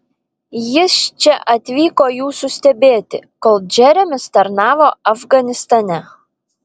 jis čia atvyko jūsų stebėti kol džeremis tarnavo afganistane